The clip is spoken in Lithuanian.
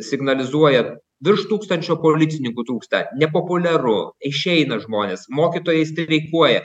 signalizuoja virš tūkstančio policininkų trūksta nepopuliaru išeina žmonės mokytojai streikuoja